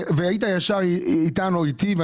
והיית ישר איתנו או איתי.